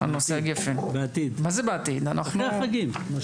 בעתיד; אחרי החגים.